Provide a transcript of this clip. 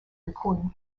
recording